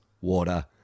water